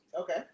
Okay